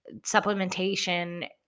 supplementation